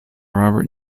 robert